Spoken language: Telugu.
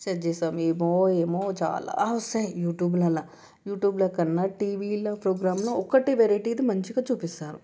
సర్చ్ చేశాం ఏమో ఏమో చాలా వస్తాయి యూట్యూబ్లలో యూట్యూబ్లో కన్నా టీవీలో ప్రోగ్రామ్లో ఒకటి వేరైటీ మంచిగా చూపిస్తారు